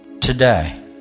Today